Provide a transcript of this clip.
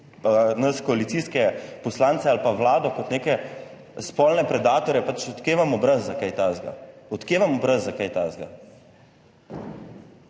nas koalicijske poslance ali pa Vlado kot neke spolne predatorje, pač od kje vam obraz za kaj takega. Od kje vam obraz za kaj takega?